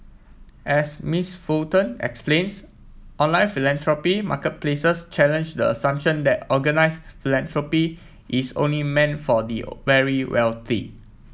as Miss Fulton explains online philanthropy marketplaces challenge the assumption that organise philanthropy is only meant for the very wealthy